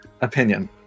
opinion